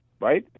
right